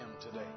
today